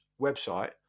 website